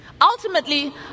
ultimately